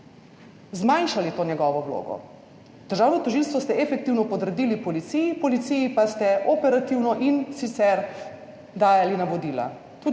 zmanjšali to njegovo vlogo. Državno tožilstvo ste efektivno podredili policiji, policiji pa ste operativno in sicer dajali navodila.